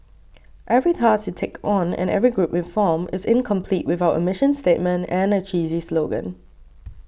every task you take on and every group you form is incomplete without a mission statement and a cheesy slogan